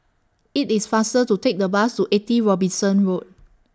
IT IS faster to Take The Bus to eighty Robinson Road